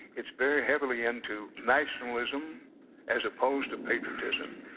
it's very heavily into nationalism as opposed to patriotism.